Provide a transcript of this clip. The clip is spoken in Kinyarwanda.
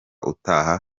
utaha